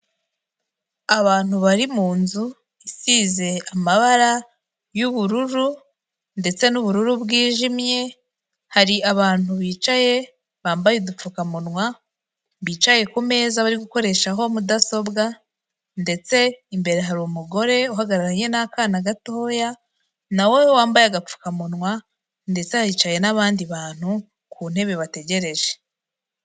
Abantu bari munzu isize amabara y'ubururu, ndetse n'ubururu bwijimye, hari abantu bicaye bambaye udupfukamunwa bicaye kumeza bari gukoreshaho mudasobwa, ndetse imbere hari umugore uhagararanye n'akana gatoya nawe wambaye agapfukamunwa, ndetse hicaye n'abandi bantu ku ntebe bategereje.